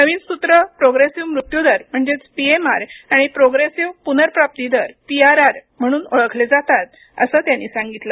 नवीन सूत्रे प्रोग्रेसिव्ह मृत्यूदर पीएमआर आणि प्रोग्रेसिव्ह पुनर्प्राप्ती दर पीआरआर म्हणून ओळखले जातात असे त्यांनी सांगितले